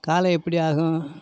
காலம் எப்படி ஆகும்